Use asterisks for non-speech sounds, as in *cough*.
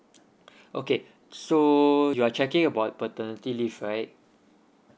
*breath* okay so you are checking about paternity leave right